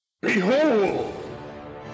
Behold